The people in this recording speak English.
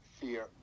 fear